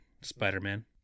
Spider-Man